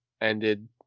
ended